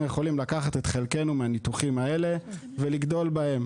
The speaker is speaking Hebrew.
אנחנו יכולים לקחת את חלקנו מהניתוחים האלה ולגדול בהם,